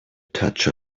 touch